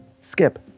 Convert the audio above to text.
skip